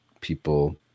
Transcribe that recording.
people